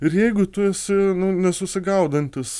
ir jeigu tu esi nesusigaudantis